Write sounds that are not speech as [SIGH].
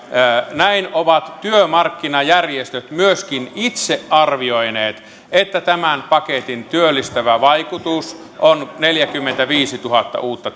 näin ovat työmarkkinajärjestöt myöskin itse arvioineet että tämän paketin työllistävä vaikutus on neljäkymmentäviisituhatta uutta [UNINTELLIGIBLE]